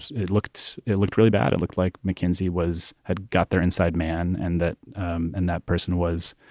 it it looked it looked really bad. it looked like mckinsey was had got their inside man and that um and that person was,